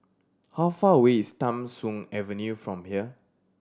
how far away is Tham Soong Avenue from here